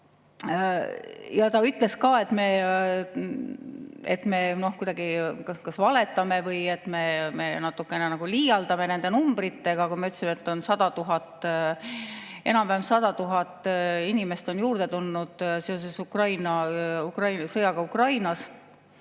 Ja ta ütles ka, et me kuidagi kas valetame või natukene nagu liialdame nende numbritega, kui me ütleme, et on enam-vähem 100 000 inimest juurde tulnud seoses sõjaga Ukrainas.